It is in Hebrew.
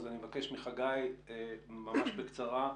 אז אני מבקש מחגי ממש בקצרה.